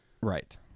right